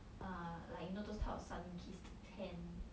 err like you know those kind of sun kissed tan